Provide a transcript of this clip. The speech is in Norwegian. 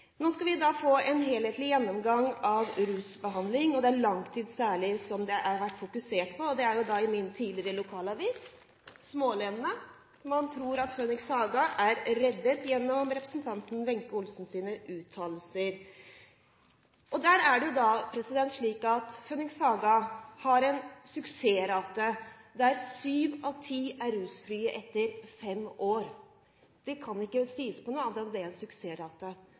Nå skal vi da få en helhetlig gjennomgang av rusbehandling, og det er særlig langtid det har vært fokusert på. I min tidligere lokalavis Smaalenenes Avis tror man at Phoenix Haga er reddet gjennom representanten Wenche Olsens uttalelser. Phoenix Haga har en suksessrate der syv av ti er rusfrie etter fem år. Det kan ikke sies annet enn at det er en suksessrate.